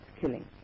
killing